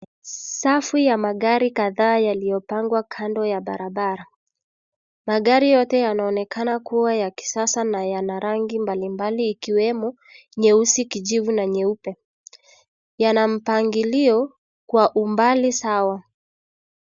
Safu ya magari kadhaa yaliyopangwa kando ya barabara, magari yote yanaonekana kuwa ya kisasa na yana rangi mbali mbali ikiwemo nyeusikijivu na nyeupe yana mpangilio kwa umbali sawa.